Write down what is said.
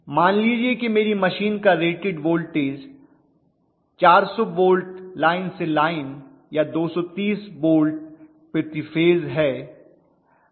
मान लीजिए कि मेरी मशीन का रेटेड वोल्टेज 400 वोल्ट लाइन से लाइन या 230 वोल्ट प्रति फेज है